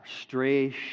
stray